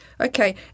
Okay